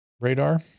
radar